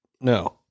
no